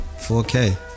4K